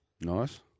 Nice